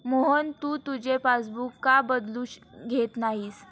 मोहन, तू तुझे पासबुक का बदलून घेत नाहीस?